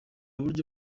buryo